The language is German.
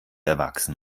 erwachsen